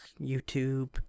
youtube